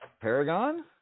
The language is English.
Paragon